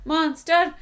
Monster